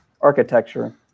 architecture